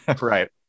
Right